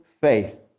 faith